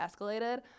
escalated